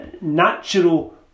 natural